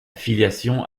filiation